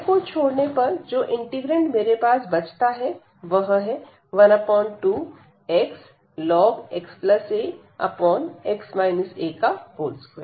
y को छोड़ने पर जो इंटीग्रैंड मेरे पास बचता है वह है 12x xa x a2